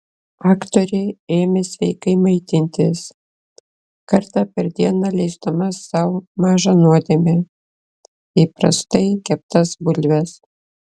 aktorė ėmė sveikai maitintis kartą per dieną leisdama sau mažą nuodėmę įprastai keptas bulves